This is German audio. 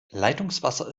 leitungswasser